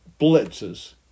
blitzes